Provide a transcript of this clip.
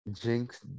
Jinx